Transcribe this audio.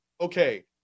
okay